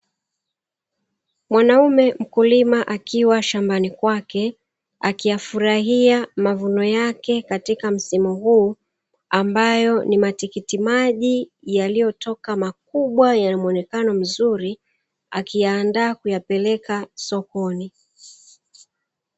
Mwanaume mkulima akiwa shambani kwake akiyafurahia mavuno yake katika msimu huu, ambayo ni matikiti maji yaliyotoka makubwa ya muonekano mzuri, akiyaandaa kuyapeleka sokoni.